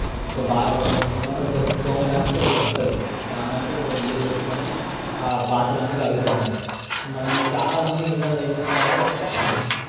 ఒక బా ఒక ఏమంటారు తోమడానికి ఒకటి ఉంటుంది దాన్నంటు ఒకటి యూస్ చేస్కొని ఆ పాత్రలను కడుగుతాము మనము చాలామంది ఇళ్ళల్లో ఏం చేస్తారంటే